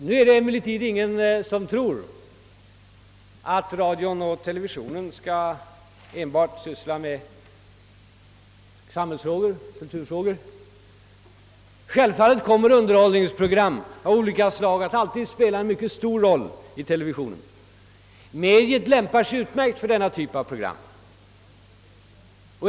Nu är det emellertid ingen som tror att radion och televisionen enbart skall syssla med samhällsoch kulturfrågor. Självfallet kommer underhållningsprogram av olika slag att alltid spela en mycket stor roll i televisionen. Mediet lämpar sig utmärkt för denna typ av program.